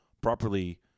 properly